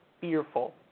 fearful